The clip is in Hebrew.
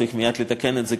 צריך מייד לתקן את זה,